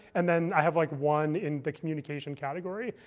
and then i have like one in the communication category.